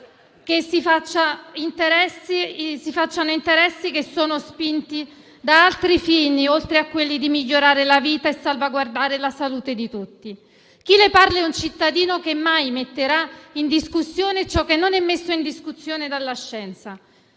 o si facciano interessi mossi da altri fini oltre a quello di migliorare la vita e salvaguardare la salute di tutti. Chi le parla è un cittadino che mai metterà in discussione ciò che non è messo in discussione dalla scienza.